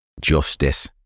justice